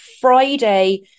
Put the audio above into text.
Friday